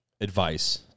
advice